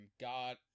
God